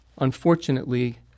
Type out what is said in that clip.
Unfortunately